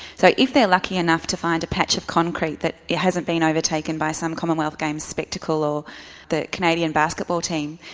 so if they're lucky enough to find a patch of concrete that hasn't been overtaken by some commonwealth games spectacle, or the canadian basketball team,